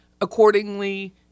accordingly –